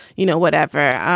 you know, whatever.